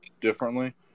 differently